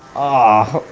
ahh.